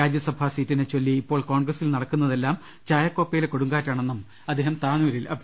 രാജ്യസഭാ സീറ്റിനെ ചൊല്ലി ഇപ്പോൾ കോൺഗ്രസിൽ നടക്കുന്നതെല്ലാം ചായക്കോപ്പയിലെ കൊടു ങ്കാറ്റാണെന്നും അദ്ദേഹം താനൂരിൽ പറഞ്ഞു